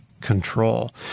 Control